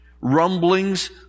rumblings